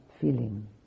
feeling